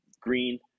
green